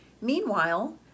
Meanwhile